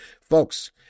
Folks